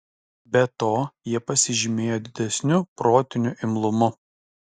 be to jie pasižymėjo didesniu protiniu imlumu